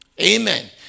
Amen